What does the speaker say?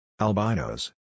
ALBINOS